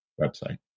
website